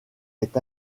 est